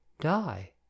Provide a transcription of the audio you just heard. Die